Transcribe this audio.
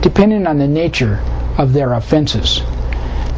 depending on the nature of their offenses